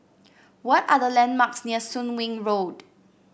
what are the landmarks near Soon Wing Road